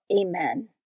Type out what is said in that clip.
Amen